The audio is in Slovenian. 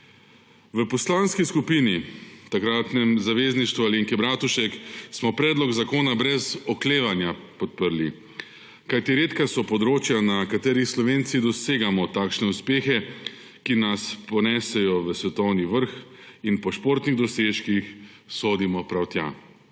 Poslanski skupini Zavezništva Alenke Bratušek smo predlog zakona brez oklevanja podprli, kajti redka so področja, na katerih Slovenci dosegamo takšne uspehe, ki nas ponesejo v svetovni vrh; in po športnih dosežkih sodimo prav tja.